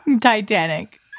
Titanic